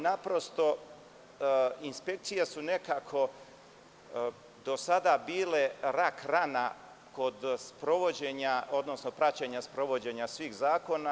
Naprosto, inspekcije su nekako do sada bile rak rana kod sprovođenja, odnosno praćenja sprovođenja svih zakona.